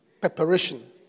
preparation